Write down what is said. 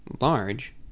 large